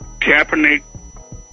Kaepernick